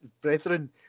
brethren